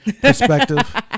perspective